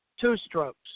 two-strokes